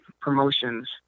promotions